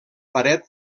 paret